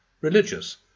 religious